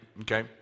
okay